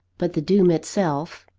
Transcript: but the doom itself,